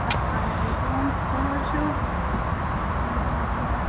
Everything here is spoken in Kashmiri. اسلامُ علیکُم کٕم حَظ چھُو وعلیکُم اسلام